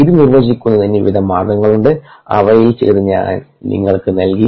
ഇത് നിർവ്വചിക്കുന്നതിന് വിവിധ മാർഗ്ഗങ്ങളുണ്ട് അവയിൽ ചിലത് ഞാൻ നിങ്ങൾക്ക് നൽകി